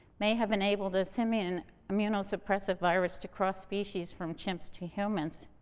may have enabled the simian immunosuppressive virus to cross species from chimps to humans.